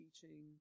teaching